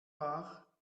war